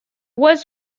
was